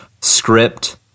script